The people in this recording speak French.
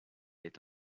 est